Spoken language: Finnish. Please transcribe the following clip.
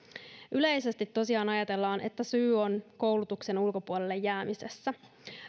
yleisesti tosiaan ajatellaan että syy syrjäytymiseen on koulutuksen ulkopuolelle jäämisessä